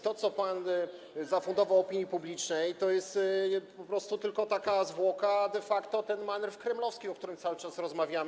To, co pan zafundował opinii publicznej, to jest po prostu tylko taka zwłoka, de facto ten manewr kremlowski, o którym cały czas rozmawiamy.